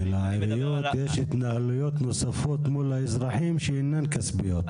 כי לעיריות יש התנהלויות נוספות מול האזרחים שאינן כספיות.